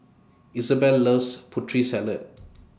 Isabell loves Putri Salad